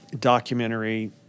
documentary